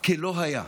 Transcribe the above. כלא היה.